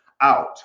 out